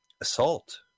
assault